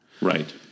Right